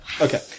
Okay